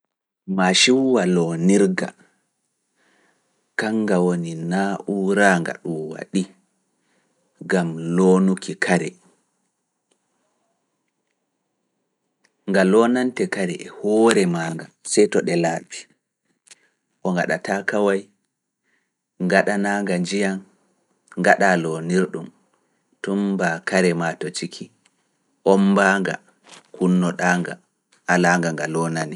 Maa ciwuwa loonirga, kannga woni naa uuraanga ɗaa loonirɗum, tumbaa kare maa to ciki, omba nga, kunnoɗaa nga, ala nga nga loonani.